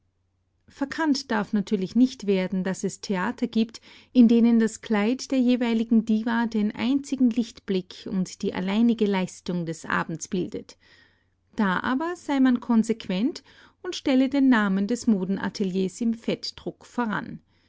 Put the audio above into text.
verkannt darf natürlich nicht werden daß es theater gibt in denen das kleid der jeweiligen diva den einzigen lichtblick und die alleinige leistung des abends bildet da aber sei man konsequent und stelle den namen des modenateliers im fettdruck voran